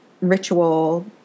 ritual